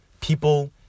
people